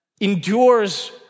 endures